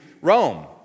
Rome